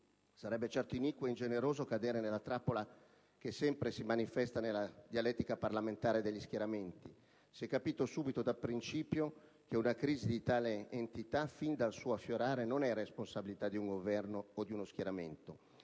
Sarebbe certo iniquo e ingeneroso cadere nella trappola che sempre si manifesta nella dialettica parlamentare degli schieramenti. Si è capito subito, fin dal suo affiorare, che una crisi di tale entità non è responsabilità di un Governo o di uno schieramento.